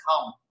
come